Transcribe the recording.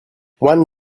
one